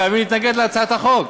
חייבים להתנגד להצעת החוק.